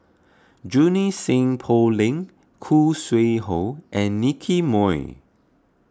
Junie Sng Poh Leng Khoo Sui Hoe and Nicky Moey